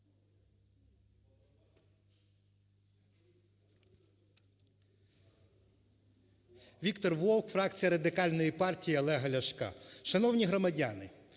Віктор Вовк, фракція Радикальної партії Олега Ляшка. Шановні громадяни!